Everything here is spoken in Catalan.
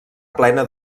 plena